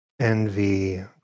envy